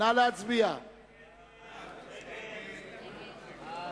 נא להצביע על הסתייגותה של קבוצת